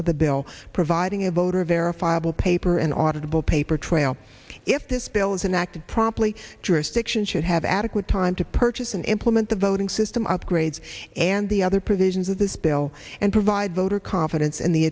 of the bill providing a voter verifiable paper and off of the paper trail if this bill isn't acted promptly jurisdiction should have adequate time to purchase and implement the voting system upgrades and the other provisions of this bill and provide voter confidence in the